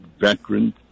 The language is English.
veterans